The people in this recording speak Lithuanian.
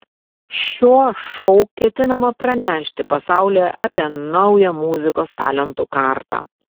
šiuo šou ketinama pranešti pasauliui apie naują muzikos talentų kartą